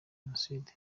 jenoside